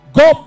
go